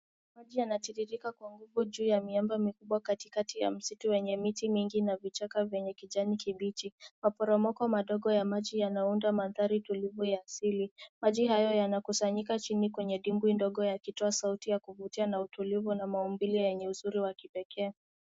Maji yanatiririka kwa nguvu juu ya miamba mikubwa katikati ya msitu lenye miti mingi na vichaka venye kijani kibichi. Maporomoko madogo ya maji yanaunda maandhari tulivu ya asili. Maji hayo yanakusanyika chini kwenye dimbwi ndogo yakitoa sauti ya kuvutia na utulivu na maumbile yenye uzuri wa kipekee.